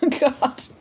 God